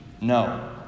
No